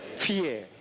Fear